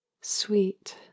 sweet